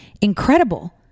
incredible